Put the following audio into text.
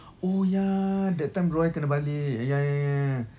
oh ya that time diorang yang kena balik ya ya ya